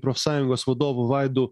profsąjungos vadovu vaidu